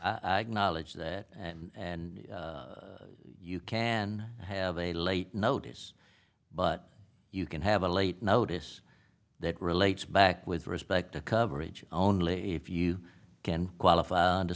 knowledge that and and you can have a late notice but you can have a late notice that relates back with respect to coverage only if you can qualify